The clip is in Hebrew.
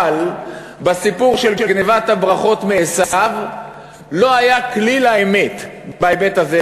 אבל בסיפור של גנבת הברכות מעשיו הוא לא היה כליל האמת בהיבט הזה.